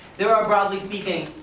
there are, broadly speaking,